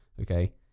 okay